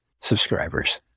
subscribers